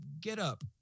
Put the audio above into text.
get-up